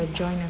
a joint